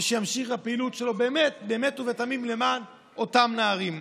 ושימשיך את הפעילות שלו באמת ובתמים למען אותם נערים.